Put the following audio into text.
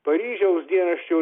paryžiaus dienraščio